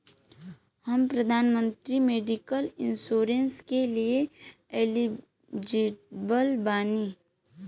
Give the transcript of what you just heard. हम प्रधानमंत्री medical insurance के लिए एलिजिबल बानी?